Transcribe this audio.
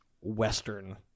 western